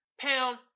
pound